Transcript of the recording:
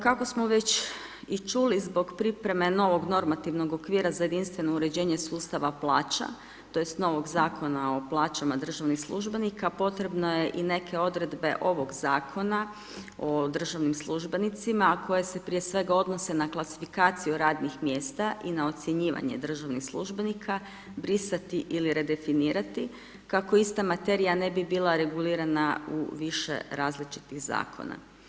Kako smo već i čuli, zbog pripreme novog normativnog okvira za jedinstveno uređenje sustava plaća tj. novog Zakona o plaćama državnih službenika, potrebna je i neke odredbe ovog Zakona o državnim službenicima, a koje se prije svega, odnose na klasifikaciju radnih mjesta i na ocjenjivanje državnih službenika, brisati ili redefinirati, kako ista materija ne bi bila regulirana u više različitih Zakona.